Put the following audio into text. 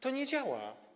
To nie działa.